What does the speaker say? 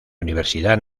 universidad